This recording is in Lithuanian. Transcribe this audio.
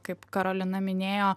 kaip karolina minėjo